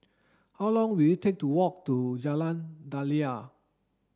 how long will it take to walk to Jalan Daliah